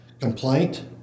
Complaint